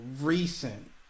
recent